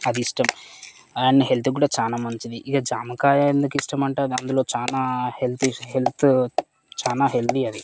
అది ఇష్టం అండ్ హెల్త్కి కూడా చాలా మంచిది ఇంకా జామకాయ ఎందుకిష్టమంటే అది అందులో చాలా హెల్తీ హెల్త్ చాలా హెల్తీ అది